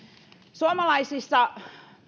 suomalaisissa